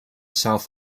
south